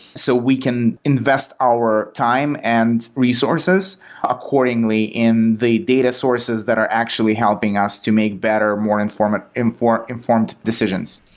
so we can invest our time and resources accordingly in the data sources that are actually helping us to make better, more informed informed decisions.